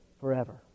forever